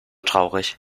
traurig